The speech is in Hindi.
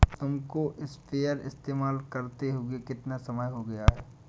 तुमको स्प्रेयर इस्तेमाल करते हुआ कितना समय हो गया है?